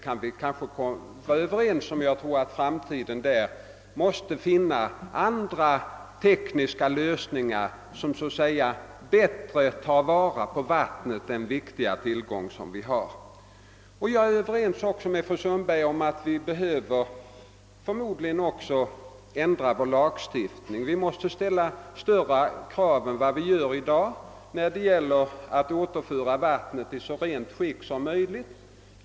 Jag tror att vi för framtiden måste finna andra tekniska lösningar för att bättre ta vara på den viktiga tillgång som rent vatten utgör. Vidare är jag överens med fru Sundberg om att vi förmodligen även behöver ändra vår lagstiftning i detta hänseende. Vi måste ställa större krav än vi gör i dag när det gäller att återföra vattnet så rent som möjligt.